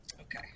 Okay